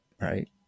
right